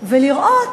ולראות